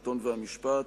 השיפוט והמינהל)